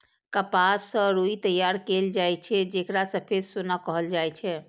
कपास सं रुई तैयार कैल जाए छै, जेकरा सफेद सोना कहल जाए छै